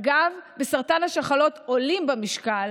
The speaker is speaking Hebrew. אגב, בסרטן השחלות עולים במשקל